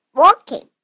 walking